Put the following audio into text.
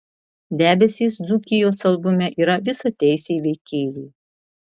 debesys dzūkijos albume yra visateisiai veikėjai